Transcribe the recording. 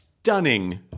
Stunning